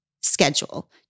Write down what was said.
schedule